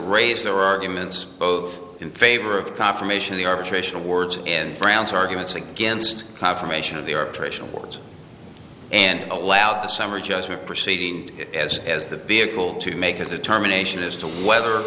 raise their arguments both in favor of confirmation the arbitration awards in france arguments against confirmation of the arbitration awards and allow the summary judgment proceeding as as the vehicle to make a determination as to whether